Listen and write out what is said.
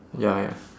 ya ya